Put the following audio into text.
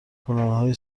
گلدانهای